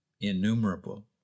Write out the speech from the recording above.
innumerable